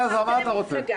אלעזר, מה אתה רוצה?